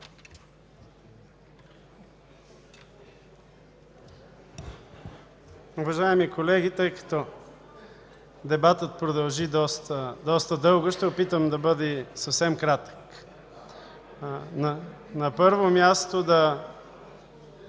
Уважаеми колеги, тъй като дебатът продължи доста дълго, ще опитам да бъда съвсем кратък. На първо място, да